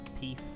peace